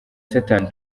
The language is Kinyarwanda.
satani